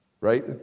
Right